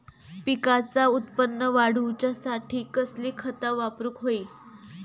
पिकाचा उत्पन वाढवूच्यासाठी कसली खता वापरूक होई?